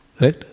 Right